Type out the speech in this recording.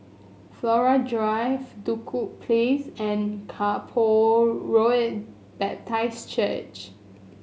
Flora Drive Duku Place and Kay Poh Road Baptist Church